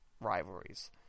rivalries